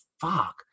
Fuck